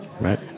Right